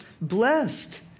blessed